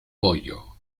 bollo